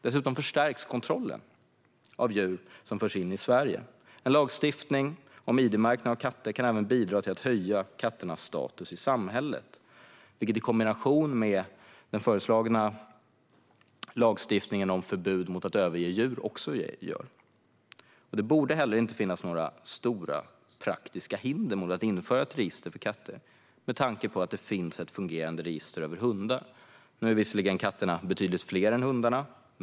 Dessutom skulle kontrollen av vilka djur som förs in till Sverige förstärkas. En lagstiftning om id-märkning av katter kan även bidra till att höja kattens status i samhället. Det kan den föreslagna lagstiftningen om förbud mot att överge djur också göra. Det borde inte heller finnas några stora praktiska hinder mot att införa ett register över katter med tanke på att det finns ett fungerande register över hundar. Katterna är visserligen betydligt fler än hundarna.